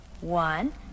One